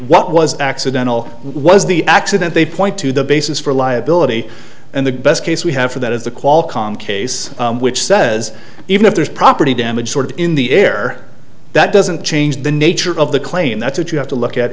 what was accidental was the accident they point to the basis for liability and the best case we have for that is the qualcomm case which says even if there's property damage sort of in the air that doesn't change the nature of the claim that's what you have to look at